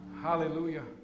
Hallelujah